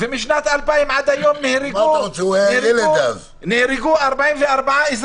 ומשנת 2000 ועד היום נהרגו 44 אזרחים.